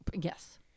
Yes